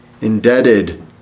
indebted